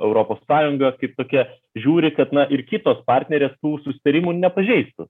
europos sąjunga kaip tokia žiūri kad na ir kitos partnerės tų susitarimų nepažeistų